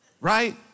right